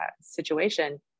situation